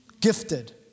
gifted